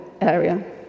area